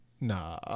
Nah